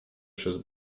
przez